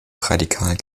radikal